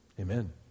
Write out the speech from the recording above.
Amen